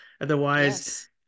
Otherwise